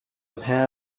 pair